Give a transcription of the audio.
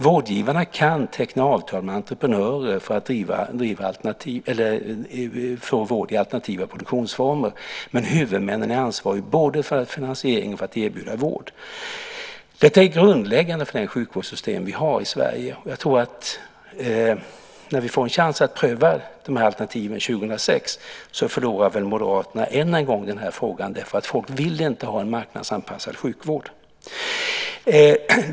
Vårdgivarna kan teckna avtal med entreprenörer för att få vård i alternativa produktionsformer, men huvudmännen är ansvariga både för finansiering och för att erbjuda vård. Detta är grundläggande för det sjukvårdssystem vi har i Sverige. Jag tror att när vi får en chans att pröva de här alternativen 2006 förlorar väl Moderaterna än en gång den här frågan, därför att folk vill inte ha en marknadsanpassad sjukvård.